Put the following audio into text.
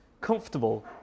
comfortable